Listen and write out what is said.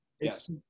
Yes